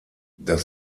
das